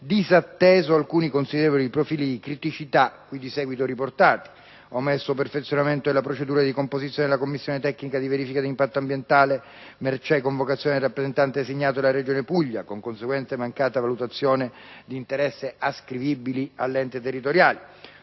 disatteso alcuni considerevoli profili di criticità qui di seguito riportati: omesso perfezionamento della procedura di composizione della commissione tecnica di verifica di impatto ambientale mercé convocazione del rappresentante designato dalla Regione Puglia, con conseguente mancata valutazione di interessi ascrivibili all'ente territoriale;